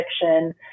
fiction